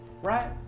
right